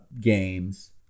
games